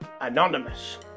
Anonymous